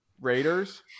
Raiders